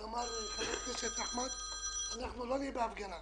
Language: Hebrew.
חבר הכנסת אחמד טיבי אנחנו לא נהיה בהפגנה.